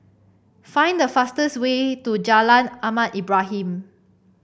find the fastest way to Jalan Ahmad Ibrahim